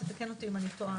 תתקן אותי אם אני טועה,